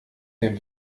dem